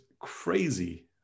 crazy